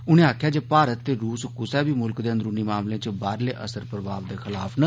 उनें आक्खेआ जे भारत ते रूस कुसै बी मुल्ख दे अंदरूनी मामलें च बाहरले असर प्रभाव दे खलाफ न